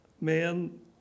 men